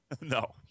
No